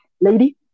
lady